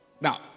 Now